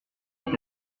est